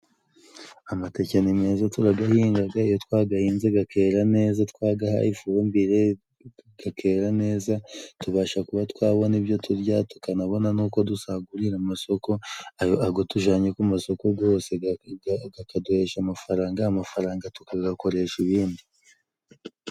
Amateke ni meza turagahingaga iyo twagahinze gakera neza twagahaye ifumbire gakera neza tubasha kuba twabona ibyo turya, tukanabona n'uko dusagurira amasoko ayo ago tujanye ku masoko gose gakaduhesha amafaranga ,amafaranga tukagakoresha ibindi.